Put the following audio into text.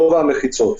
גובה המחיצות.